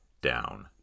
Down